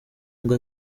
ngo